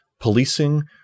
policing